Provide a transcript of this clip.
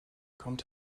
kommt